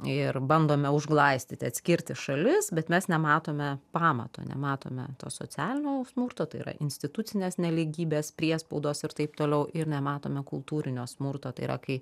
ir bandome užglaistyti atskirti šalis bet mes nematome pamato nematome to socialinio smurto tai yra institucinės nelygybės priespaudos ir taip toliau ir nematome kultūrinio smurto tai yra kai